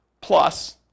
Plus